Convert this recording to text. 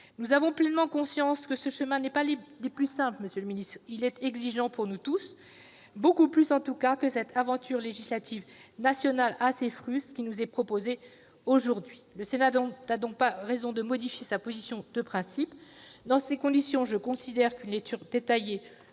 Nous avons pleinement conscience que ce chemin n'est pas le plus simple, monsieur le ministre : il est exigeant pour nous tous, beaucoup plus que ne l'est en tout cas l'aventure législative nationale assez fruste qui nous est proposée aujourd'hui. Le Sénat n'a donc aucune raison de modifier sa position de principe. Dans ces conditions, je considère qu'une lecture détaillée